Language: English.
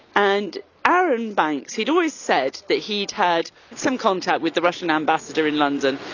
and arron banks, he'd always said that he had some contact with the russian ambassador in london,